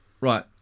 Right